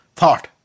thought